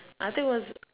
I think was